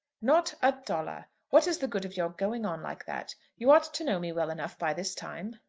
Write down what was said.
not a dollar! what is the good of your going on like that? you ought to know me well enough by this time.